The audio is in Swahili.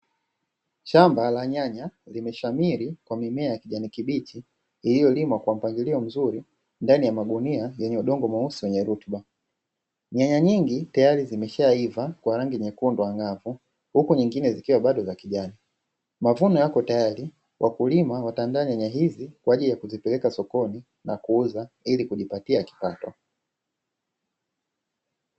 Shamba la nyanya limeshamiri kwa mimea ya kijani kibichi iliyo limwa kwa nmpangilio mzuri ndani ya magunia yenye udongo mweusi wenye rutuba, nyanya nyingi tayari zimeshaiva kwa rangi nyekundu angavu huku nyengine zikwa bado za kijani. mavuno yapo tayari wakulima wataanda nyanya hizi na kupeleka sokoni na kuuza ili kujipatia kipato.